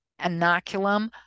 inoculum